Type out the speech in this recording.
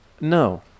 No